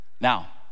Now